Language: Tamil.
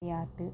விளையாட்டு